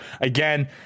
again